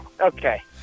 Okay